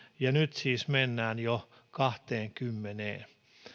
ja nyt siis mennään jo kahteenkymmeneen